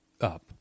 up